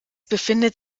befindet